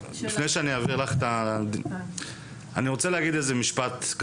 אני רוצה להגיד איזה משפט.